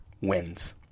wins